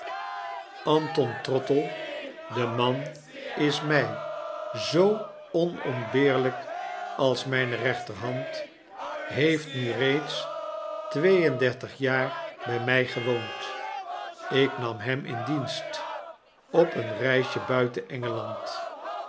anton trottle de man is my zoo onontbeerlyk als mijne rechterhand heeft nu reeds twee en dertig jaar by my gewoond ik nam hem in dienst op een reisje buiten